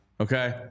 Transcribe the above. Okay